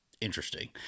interesting